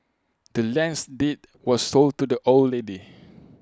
the land's deed was sold to the old lady